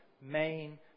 main